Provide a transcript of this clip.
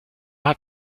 hat